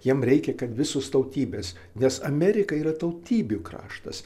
jiem reikia kad visos tautybės nes amerika yra tautybių kraštas